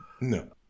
No